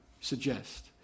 suggest